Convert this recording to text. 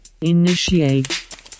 Initiate